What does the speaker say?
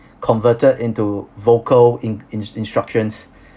converted into vocal in~ in~ instructions